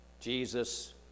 Jesus